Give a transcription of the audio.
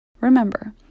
Remember